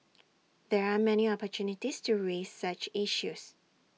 there are many opportunities to raise such issues